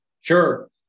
Sure